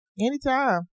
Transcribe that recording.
Anytime